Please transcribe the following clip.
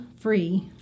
free